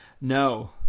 No